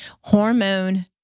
hormone